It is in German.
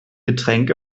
getränk